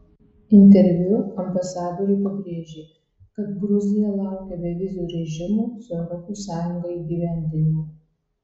interviu ambasadorė pabrėžė kad gruzija laukia bevizio režimo su europos sąjunga įgyvendinimo